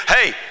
hey